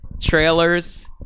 trailers